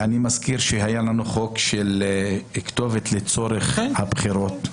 אני מזכיר שהיה לנו חוק שעסק בכתובת לצורך הבחירות.